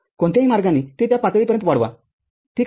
कोणत्याही मार्गाने ते त्या पातळीपर्यंत वाढवा ठीक आहे